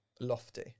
lofty